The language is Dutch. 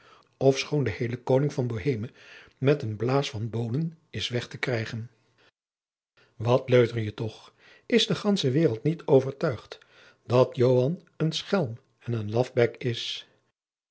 ofschoon de heele koning van boheme met een blaas met boonen is weg te krijgen wat leuter je toch is de gandsche waereld niet overtuigd dat joan een schelm en een lafbek is